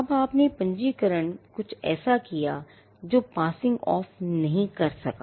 अब पंजीकरण ने कुछ ऐसा किया जो passing off नहीं कर सका